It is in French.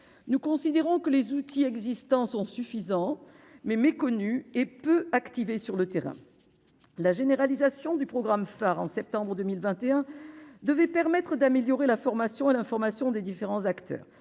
nous considérons que les outils existants sont suffisants mais méconnu et peu activés sur le terrain, la généralisation du programme phare en septembre 2021 devait permettre d'améliorer la formation et l'information des différents acteurs,